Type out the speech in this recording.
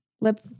lip